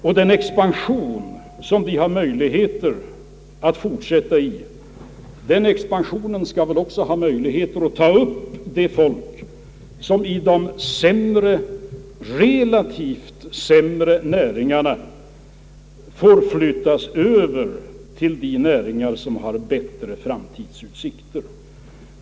Och den expansion som vi har möjligheter att fortsätta i skall väl också kunna leda till att folk från de relativt sämre näringsgrenarna kan flytta över till näringar med bättre framtidsutsikter.